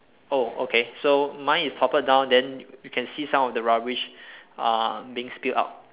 oh okay so mine is toppled down then you can see some of the rubbish uh being spilled out